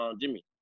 Jimmy